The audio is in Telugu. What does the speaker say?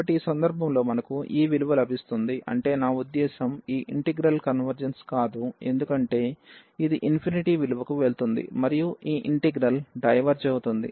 కాబట్టి ఈ సందర్భంలో మనకు ఈ విలువ లభిస్తుంది అంటే నా ఉద్దేశ్యం ఈ ఇంటిగ్రల్ కన్వర్జెన్స్ కాదు ఎందుకంటే ఇది విలువకు వెళుతుంది మరియు ఈ ఇంటిగ్రల్ డైవెర్జ్ అవుతుంది